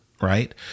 right